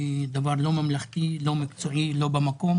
דבר לא ממלכתי, לא מקצועי, לא במקום.